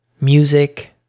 music